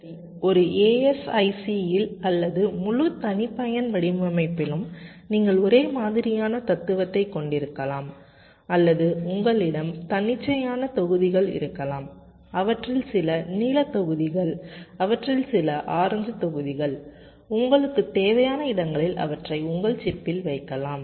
சரி ஒரு ASIC இல் அல்லது முழு தனிப்பயன் வடிவமைப்பிலும் நீங்கள் ஒரே மாதிரியான தத்துவத்தைக் கொண்டிருக்கலாம் அல்லது உங்களிடம் தன்னிச்சையான தொகுதிகள் இருக்கலாம் அவற்றில் சில நீலத் தொகுதிகள் அவற்றில் சில ஆரஞ்சுத் தொகுதிகள் உங்களுக்குத் தேவையான இடங்களில் அவற்றை உங்கள் சிப்பில் வைக்கலாம்